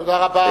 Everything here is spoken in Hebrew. תודה רבה.